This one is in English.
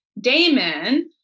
Damon